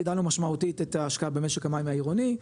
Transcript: הגדלנו משמעותית את ההשקעה במשק המים העירוני,